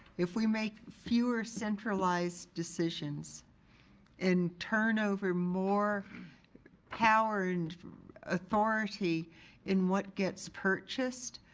if we make fewer centralized decisions and turn over more power and authority in what gets purchased,